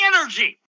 energy